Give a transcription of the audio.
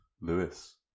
Lewis